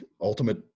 ultimate